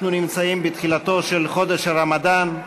אנחנו נמצאים בתחילתו של חודש הרמדאן,